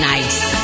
Nice